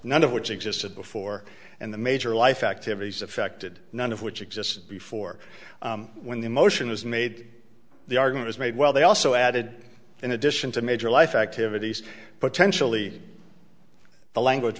none of which existed before and the major life activities affected none of which existed before when the motion is made the argument is made well they also added in addition to major life activities potentially the language